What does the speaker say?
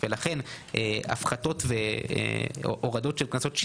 לכן הפחתות והורדות של קנסות,